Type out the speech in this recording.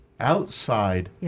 outside